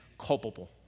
culpable